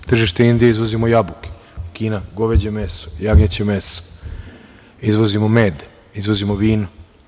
Na tržište Indije izvozimo jabuke, u Kinu goveđe meso, jagnjeće meso, izvozimo med, izvozimo vino.